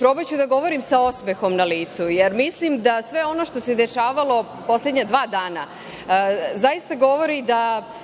Probaću da govorim sa osmehom na licu, jer mislim da sve ono što se dešavalo poslednja dva dana zaista govori da